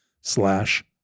slash